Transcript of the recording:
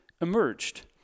emerged